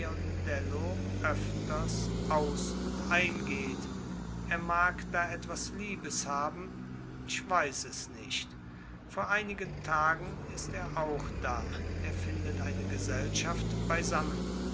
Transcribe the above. aus und eingeht er mag da etwas liebes haben ich weiß es nicht vor einigen tagen ist er auch da er findet eine gesellschaft beisammen